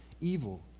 evil